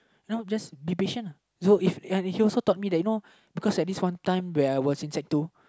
you know just be patient lah so if he also taught me that you know because there's this one time when I was in sec two